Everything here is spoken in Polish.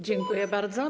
Dziękuję bardzo.